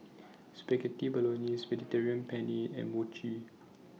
Spaghetti Bolognese Mediterranean Penne and Mochi